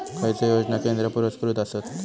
खैचे योजना केंद्र पुरस्कृत आसत?